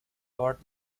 toward